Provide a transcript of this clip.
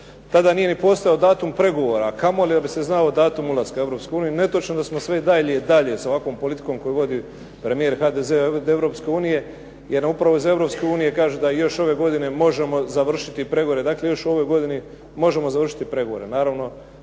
Tada nije ni postojao datum pregovora, a kamoli da bi se znalo datum ulaska u Europsku uniju. I netočno je da smo sve dalje i dalje sa ovakvom politikom koju vodi premijer HDZ-a od Europske unije. Jer nam upravo iz Europske unije kažu da još ove godine možemo završiti pregovore. Dakle, još u ovoj godini možemo završiti pregovore.